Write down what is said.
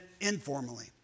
informally